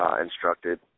instructed